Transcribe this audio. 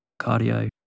cardio